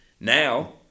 Now